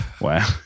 Wow